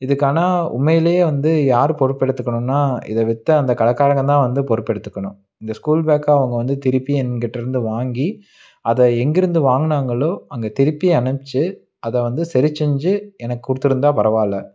இதுக்கு ஆனால் உண்மையிலேயே வந்து யார் பொறுப்பெடுத்துக்குணும்னா இதை விற்ற அந்த கடைக்காரங்க தான் வந்து பொறுப்பெடுத்துக்கணும் இந்த ஸ்கூல் பேக்கை அவங்க வந்து திருப்பி என்கிட்டேருந்து வாங்கி அதை எங்கிருந்து வாங்கினாங்களோ அங்கே திருப்பி அனுப்பிச்சு அதை வந்து சரி செஞ்சு எனக்கு கொடுத்துருந்தா பரவாயில்ல